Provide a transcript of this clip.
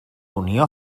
unió